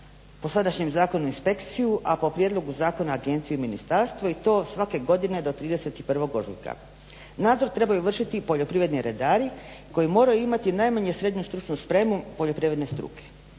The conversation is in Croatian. po sadašnjem zakonu inspekciju, a po prijedlogu zakona agenciju i Ministarstvo i to svake godine do 31.ožujka. Nadzor trebaju vršiti poljoprivredni redari koji moraju imati najmanje SSS poljoprivredne struke.